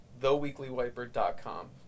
theweeklywiper.com